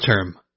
term